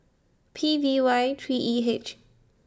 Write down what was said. P V Y three E H